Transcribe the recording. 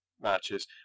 matches